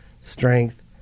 strength